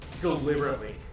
deliberately